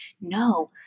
No